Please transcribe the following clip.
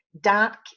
dark